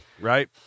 right